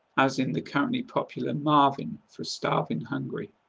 as in the currently popular marvin for starving hungry